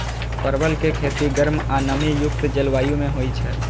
परवल के खेती गर्म आ नमी युक्त जलवायु मे होइ छै